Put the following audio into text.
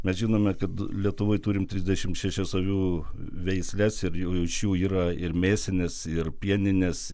mes žinome kad lietuvoj turim trisdešimt šešias avių veisles ir iš jų yra ir mėsinės ir pieninės